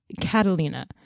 Catalina